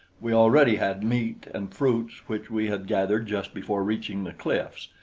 we already had meat and fruits which we had gathered just before reaching the cliffs,